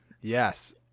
Yes